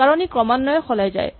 কাৰণ ই ক্ৰমান্বয়ে সলাই যায়